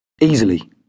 Easily